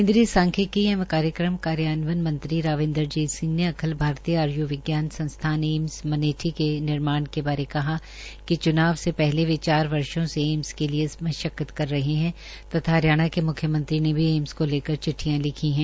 केन्द्रीय सांख्यिकी एवं कार्यक्रम कार्यान्वयन मंत्री राव इन्द्रजीत सिंह ने अखिल भारतीय आर्य्विज्ञान संस्थान एम्स मनेठी के निर्माण के बारे में कहा कि चुनाव से पहले वे चार वर्षो से एम्स के लिये मशक्कत कर रहे है तथा हरियाणा के मुख्यमंत्री ने भी एम्स को लेकर चिट्ठियों लिखी है